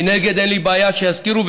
מנגד אין לי בעיה שיזכירו,